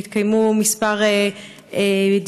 והתקיימו כמה דיונים,